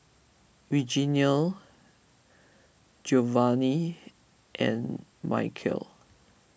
Reginal Giovanni and Mykel